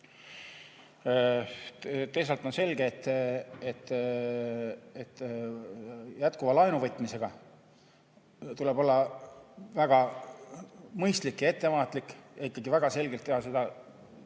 Teisalt on selge, et jätkuva laenuvõtmisega tuleb olla väga mõistlik ja ettevaatlik, ikkagi väga selgelt [suunata